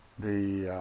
the